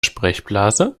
sprechblase